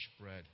bread